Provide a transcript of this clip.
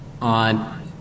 on